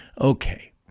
Okay